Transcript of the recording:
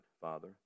Father